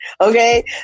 okay